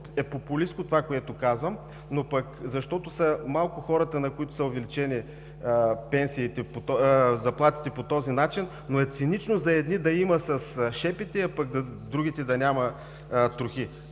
е популистко това, което казвам, но защото са малко хората, на които са увеличени заплатите по този начин, е цинично за едни да има с шепите, а пък за другите да няма трохи.